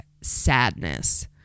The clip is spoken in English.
sadness